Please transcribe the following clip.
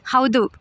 ಹೌದು